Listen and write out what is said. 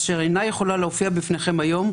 אשר אינה יכולה להופיע בפניכם היום,